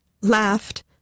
laughed